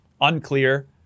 Unclear